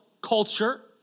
culture